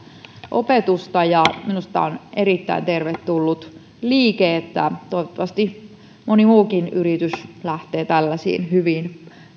opetusta minusta tämä on erittäin tervetullut liike toivottavasti moni muukin yritys lähtee tällaisiin hyviin